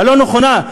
הלא-נכונה,